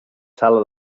sala